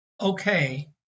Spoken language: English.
okay